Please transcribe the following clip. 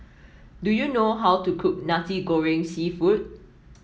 do you know how to cook Nasi Goreng seafood